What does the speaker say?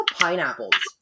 pineapples